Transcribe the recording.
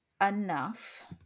enough